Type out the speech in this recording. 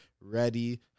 ready